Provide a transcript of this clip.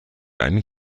ein